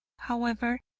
however,